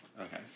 Okay